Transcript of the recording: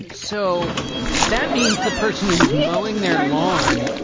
so that means the person who was mowing their lawn,